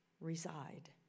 reside